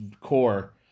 core